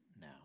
now